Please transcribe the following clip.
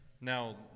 Now